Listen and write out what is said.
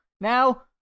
Now